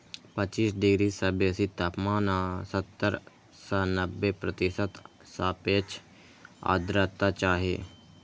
पच्चीस डिग्री सं बेसी तापमान आ सत्तर सं नब्बे प्रतिशत सापेक्ष आर्द्रता चाही